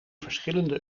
verschillende